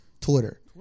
Twitter